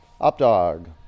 up-dog